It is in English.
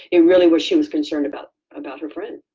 it really was she was concerned about and her friend.